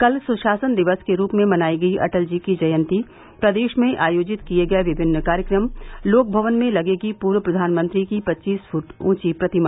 कल सुशासन दिवस के रूप में मनायी गयी अटल जी की जयन्ती प्रदेश में आयोजित किये गये विभिन्न कार्यक्रम लोकभवन में लगेगी पूर्व प्रधानमंत्री की पच्चीस फुट ऊंची प्रतिमा